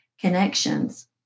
connections